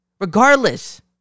Regardless